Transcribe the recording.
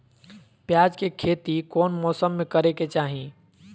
प्याज के खेती कौन मौसम में करे के चाही?